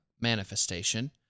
Manifestation